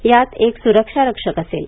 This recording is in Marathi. यात एक स्रक्षा रक्षक असेल